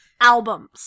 albums